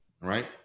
Right